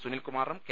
സുനിൽകുമാറും K